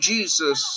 Jesus